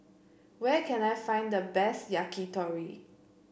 where can I find the best Yakitori